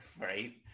right